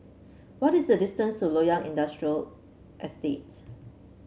what is the distance to Loyang Industrial Estate